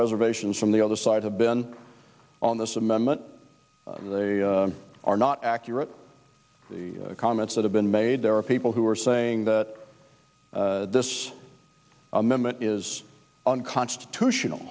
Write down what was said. reservations from the other side have been on this amendment and they are not accurate the comments that have been made there are people who are saying that this amendment is unconstitutional